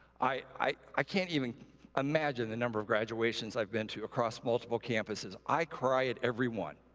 i i can't even imagine the number of graduations i've been to across multiple campuses. i cry at every one,